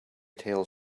tales